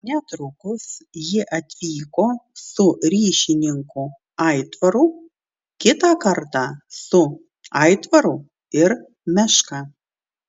netrukus ji atvyko su ryšininku aitvaru kitą kartą su aitvaru ir meška